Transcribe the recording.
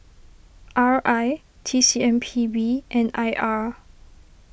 R I T C M P B and I R